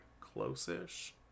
close-ish